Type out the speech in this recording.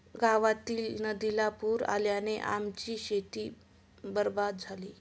गावातील नदीला पूर आल्याने आमची शेती बरबाद झाली